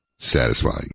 Satisfying